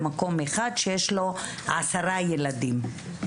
במקום אחד שיש לו עשרה ילדים.